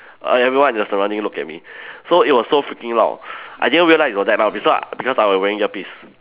err everyone in the surrounding look at me so it was so freaking loud I didn't realise it was that loud besau~ because I was wearing earpiece